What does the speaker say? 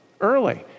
early